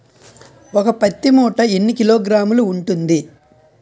ఒక పత్తి మూట ఎన్ని కిలోగ్రాములు ఉంటుంది?